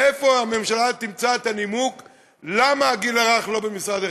מאיפה הממשלה תמצא את הנימוק למה הגיל הרך לא במשרד החינוך,